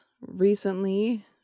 recently